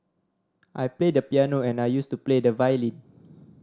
I play the piano and I used to play the violin